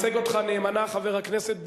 לשמוע שיש כאן חבר כנסת,